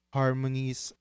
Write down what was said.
harmonies